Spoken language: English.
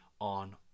on